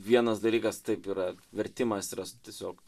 vienas dalykas taip yra vertimas yra tiesiog